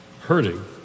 hurting